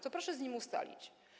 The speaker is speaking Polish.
To proszę z nim ustalić.